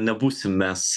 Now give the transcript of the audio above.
nebūsim mes